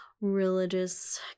religious